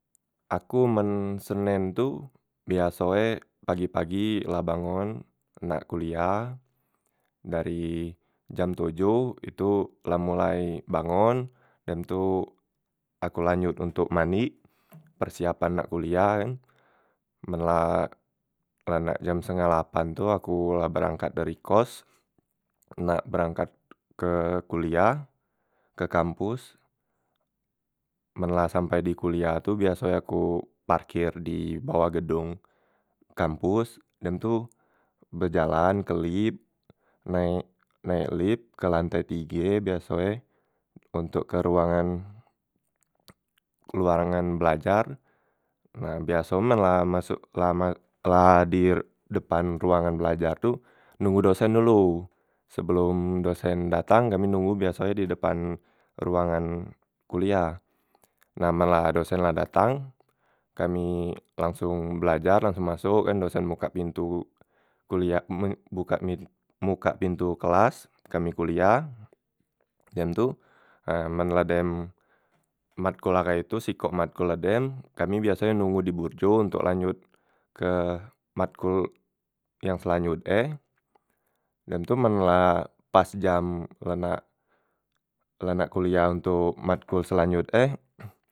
Aku men senen tu biaso e pagi- pagi la bangon nak kuliah dari jam tojoh itu la mulai bangon dem tu aku lanjot ontok mandik persiapan nak kuliah kan, men la la nak jam setengah lapan tu aku la berangkat dari kos nak berangkat ke kuliah ke kampus, men la sampai di kuliah tu biaso e aku parkir di bawah gedong kampus, dem tu bejalan ke lip naek naek lip ke lantai tige biaso e ontok ke ruangan ruangan belajar, nah biaso e men la masok la ma la di depan ruangan belajar tu nonggo dosen dulu, sebelom dosen datang kami nonggo biaso e di depan ruangan kuliah, nah men la dosen la datang kami langsong belajar langsong masok kan dosen bukak pintu kuliah me mbukak pi mbukak pintu kelas kami kuliah, dem tu na men la dem matkul larai tu sikok matkul la dem kami biaso e nonggo di burjo ontok lanjot ke matkol yang selanjut e, dem tu men la pas jam la nak la nak kuliah ontok matkol selanjut e.